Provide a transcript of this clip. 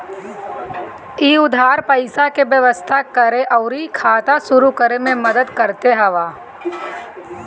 इ उधार पईसा के व्यवस्था करे अउरी खाता शुरू करे में मदद करत हवे